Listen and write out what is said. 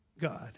God